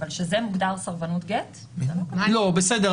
אבל שזה מוגדר סרבנות גט, זה לא כתוב.